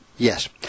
Yes